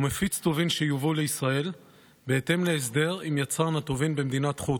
או מפיץ טובין שיובאו לישראל בהתאם להסדר עם יצרן הטובין במדינת חוץ,